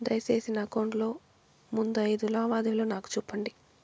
దయసేసి నా అకౌంట్ లో ముందు అయిదు లావాదేవీలు నాకు చూపండి